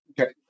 Okay